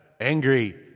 angry